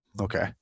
okay